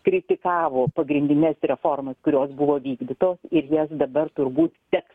kritikavo pagrindines reformas kurios buvo vykdytos ir jas dabar turbūt teks